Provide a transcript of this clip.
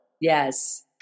Yes